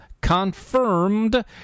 confirmed